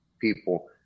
people